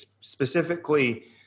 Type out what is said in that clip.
specifically